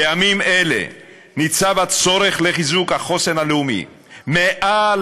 בימים אלה ניצב הצורך לחיזוק החוסן הלאומי מעל